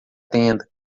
tenda